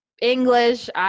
English